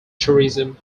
tourism